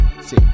See